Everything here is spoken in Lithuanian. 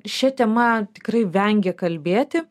šia tema tikrai vengia kalbėti